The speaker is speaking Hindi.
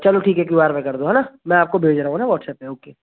चलो ठीक है क्यू आर में कर दो है ना मैं आपको भेज रहा हूँ है ना वाट्सएप पर ओके